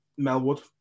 Melwood